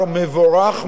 מבורך מאוד.